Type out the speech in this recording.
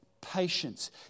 patience